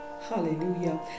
hallelujah